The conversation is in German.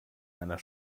einer